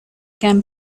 can